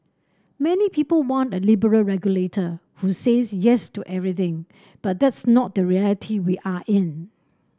many people want a liberal regulator who says yes to everything but that's not the reality we are in